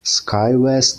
skywest